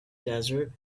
desert